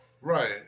Right